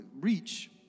reach